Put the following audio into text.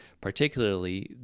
particularly